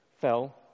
fell